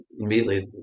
immediately